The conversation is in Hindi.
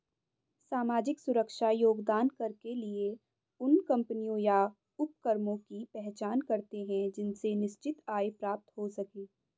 सामाजिक सुरक्षा योगदान कर के लिए उन कम्पनियों या उपक्रमों की पहचान करते हैं जिनसे निश्चित आय प्राप्त हो सके